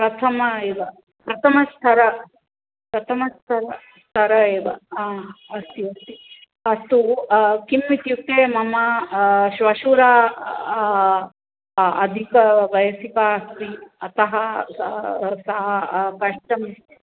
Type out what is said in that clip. प्रथमः एव प्रथमस्तरः प्रथमस्तरः स्तरः एव हा अस्ति अस्ति अस्तु किम् इत्युक्ते मम श्वशुरा अधिकवयस्का अस्ति अतः सा कष्टम्